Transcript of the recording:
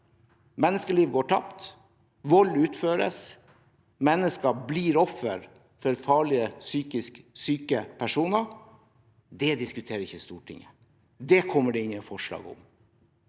Menneskeliv går tapt, vold utføres, mennesker blir ofre for farlige psykisk syke personer. Det diskuteres ikke i Stortinget. Det kommer det ingen forslag om.